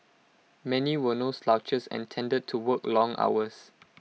many were no slouches and tended to work long hours